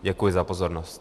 Děkuji za pozornost.